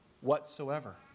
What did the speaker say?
whatsoever